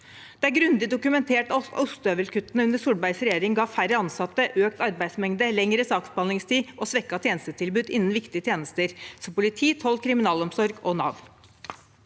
Det er grundig dokumentert at ostehøvelkuttene under Solbergs regjering ga færre ansatte, økt arbeidsmengde, lengre saksbehandlingstid og svekkede tjenestetilbud innen viktige tjenester som politi, toll, kriminalomsorg og Nav.